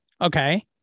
okay